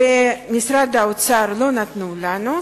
ובמשרד האוצר לא נתנו לנו.